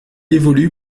évolue